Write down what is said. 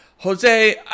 Jose